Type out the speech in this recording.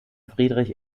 friedrich